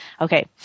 Okay